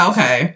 Okay